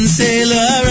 sailor